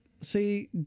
See